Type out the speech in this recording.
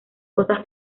cosas